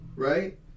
Right